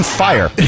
fire